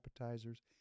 appetizers